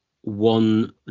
one